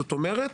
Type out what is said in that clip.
זאת אומרת: